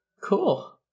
Cool